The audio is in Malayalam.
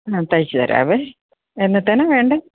ആ തയ്ച്ചുതരാം എന്നത്തേക്കാണ് വേണ്ടത്